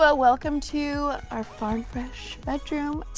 ah welcome to our farm-fresh bedroom